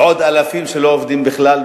ועוד אלפים שלא עובדים בכלל,